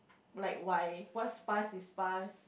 like why what's passed is passed